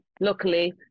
Luckily